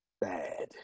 bad